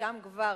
שם כבר